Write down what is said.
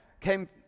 came